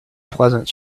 pleasant